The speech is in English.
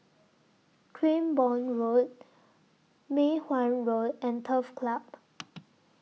Cranborne Road Mei Hwan Road and Turf Club